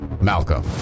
Malcolm